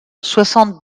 soixante